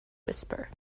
whisper